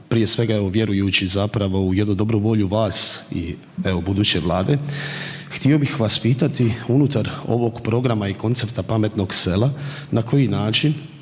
Prije svega evo vjerujući zapravo u jednu dobru volju vas i evo buduće vlade htio bih vas pitati unutar ovog programa i koncepta „Pametnog sela“, na koji način